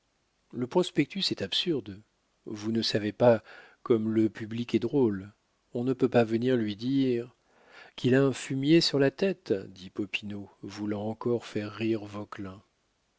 le prospectus est absurde vous ne savez pas comme le public est drôle on ne peut pas venir lui dire qu'il a un fumier sur la tête dit popinot voulant encore faire rire